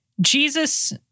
Jesus